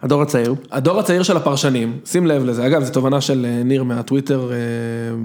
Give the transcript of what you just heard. הדור הצעיר. הדור הצעיר של הפרשנים, שים לב לזה. אגב, זו תובנה של ניר מהטוויטר.